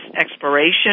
exploration